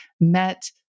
met